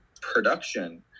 production